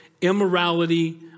Immorality